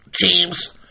teams